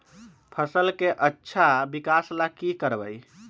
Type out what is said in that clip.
फसल के अच्छा विकास ला की करवाई?